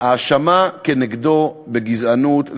האשמה כנגדו בגזענות,